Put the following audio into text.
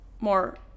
more